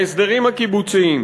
ההסדרים הקיבוציים,